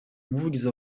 umuvugizi